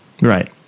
Right